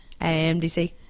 AMDC